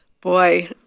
Boy